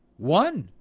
one,